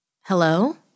Hello